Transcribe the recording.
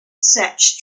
such